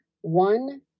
One